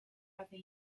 other